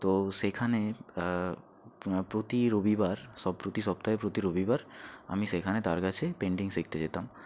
তো সেখানে প্রতি রবিবার সব প্রতি সপ্তাহে প্রতি রবিবার আমি সেখানে তার কাছে পেন্টিং শিখতে যেতাম